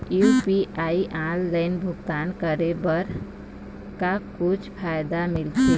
UPI online भुगतान करे बर का कुछू फायदा मिलथे?